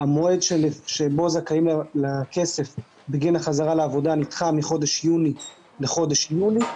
המועד שבו הם זכאים לכסף בגין החזרה לעבודה נדחה מחודש יוני לחודש יולי.